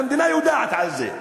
והמדינה יודעת על זה.